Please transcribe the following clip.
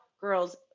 girls